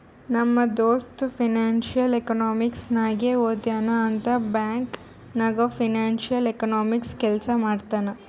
ನಮ್ ದೋಸ್ತ financial economics ನಾಗೆ ಓದ್ಯಾನ್ ಅಂತ್ ಬ್ಯಾಂಕ್ ನಾಗ್ ಫೈನಾನ್ಸಿಯಲ್ ಎಕನಾಮಿಸ್ಟ್ ಕೆಲ್ಸಾ ಮಾಡ್ತಾನ್